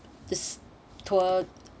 this tour